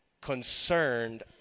concerned